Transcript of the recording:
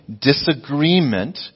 disagreement